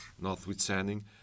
notwithstanding